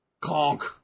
Conk